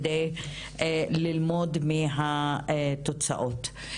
על מנת ללמוד מהתוצאות.